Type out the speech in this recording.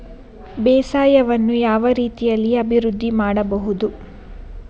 ಬೇಸಾಯವನ್ನು ಯಾವ ರೀತಿಯಲ್ಲಿ ಅಭಿವೃದ್ಧಿ ಮಾಡಬಹುದು?